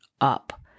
up